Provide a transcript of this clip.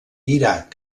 iraq